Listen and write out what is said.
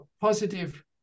positive